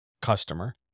customer